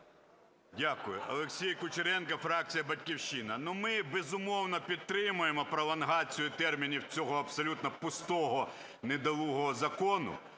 Дякую. Олексій Кучеренко, фракція "Батьківщина". Ну ми, безумовно, підтримуємо пролонгацію термінів цього, абсолютно пустого, недолугого закону.